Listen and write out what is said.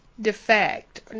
defect